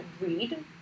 read